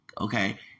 Okay